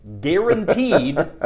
guaranteed